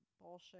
bullshit